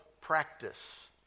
practice